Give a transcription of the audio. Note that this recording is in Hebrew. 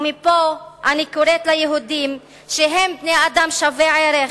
ומפה אני קוראת ליהודים, שהם בני-אדם שווי-ערך,